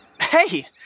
Hey